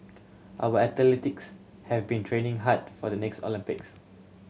our athletes have been training hard for the next Olympics